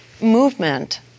movement